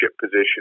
position